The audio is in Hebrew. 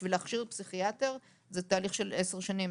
בשביל להכשיר פסיכיאטר זה תהליך של עשר שנים,